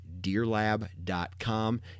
DeerLab.com